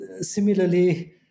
similarly